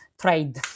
trade